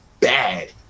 bad